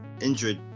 injured